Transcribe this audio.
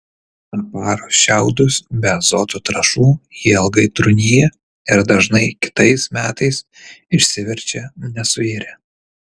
aparus šiaudus be azoto trąšų jie ilgai trūnija ir dažnai kitais metais išsiverčia nesuirę